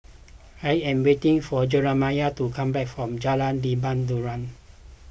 I am waiting for Jerimiah to come back from Jalan Lebat Daun